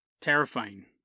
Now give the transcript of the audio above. Terrifying